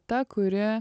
ta kuri